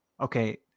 okay